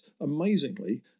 amazingly